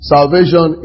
Salvation